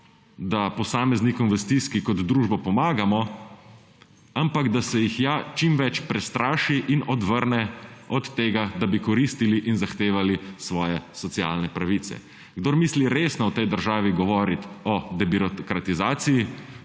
da posameznikom v stiski kot družba pomagamo, ampak da se jih ja čim več prestraši in odvrne od tega, da bi koristili in zahtevali svoje socialne pravice. Kdor misli resno v tej državi govoriti o debirokratizaciji,